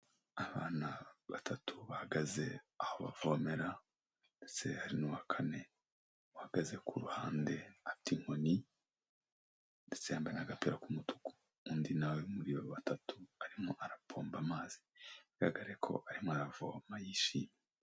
Abana batatu bahagaze aho bavomera, hari n'uwa kane uhagaze ku ruhande afite inkoni ndetse yambaye n'agapira k'umutuku, undi nawe muri batatu arimo arapompa amazi, bigaragare ko arimo aravoma yishimye.